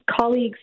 colleagues